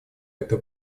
это